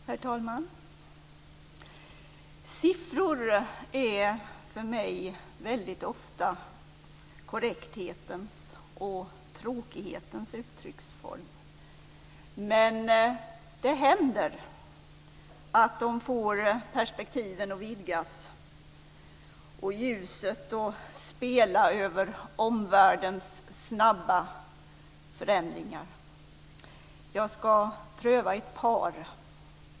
Herr talman! Siffror är för mig väldigt ofta korrekthetens och tråkighetens uttrycksform. Men det händer att de får perspektiven att vidgas och ljuset att spela över omvärldens snabba förändringar. Jag ska pröva ett par.